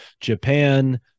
Japan